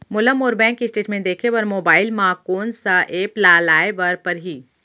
मोला मोर bank statement देखे बर मोबाइल मा कोन सा एप ला लाए बर परही?